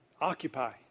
Occupy